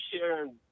sharing